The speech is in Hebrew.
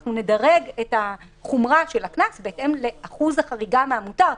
אנחנו נדרג את החומרה של הקנס בהתאם לשיעור החריגה מן המותר.